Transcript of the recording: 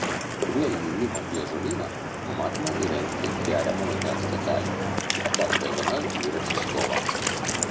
prie įėjimo į ažuolyną numatoma įrengti geriamo vandens stotelę keturias zonas dviračių stovams